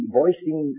voicing